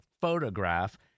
photograph